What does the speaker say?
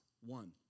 one